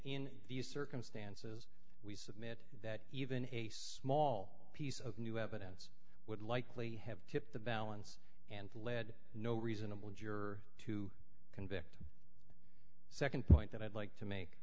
in these circumstances we submit that even a small piece of new evidence would likely have tipped the balance and lead no reasonable juror to convict nd point that i'd like to make